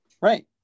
right